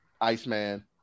Iceman